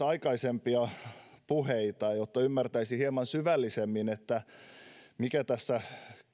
aikaisempia puheita jotta ymmärtäisin hieman syvällisemmin mistä tässä